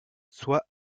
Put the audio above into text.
soit